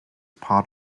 part